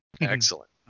Excellent